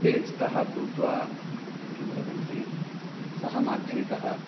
एज्तः भूत्वा किं वदन्ति सः माध्यमिकः